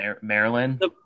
Maryland